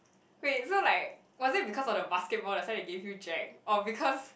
wait is not like wasn't because of the basketball that's why I give you Jack all because